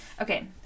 Okay